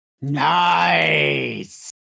Nice